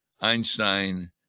Einstein